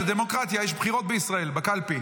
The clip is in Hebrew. זאת דמוקרטיה, יש בחירות בישראל, בקלפי.